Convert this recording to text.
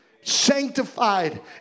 sanctified